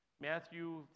Matthew